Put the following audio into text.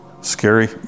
Scary